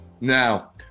Now